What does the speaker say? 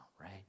right